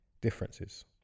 differences